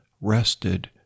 rested